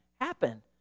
happen